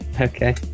Okay